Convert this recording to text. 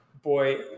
Boy